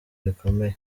rikomeye